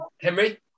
Henry